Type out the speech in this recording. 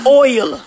oil